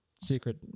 secret